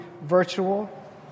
virtual